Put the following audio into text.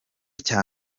cya